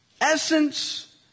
essence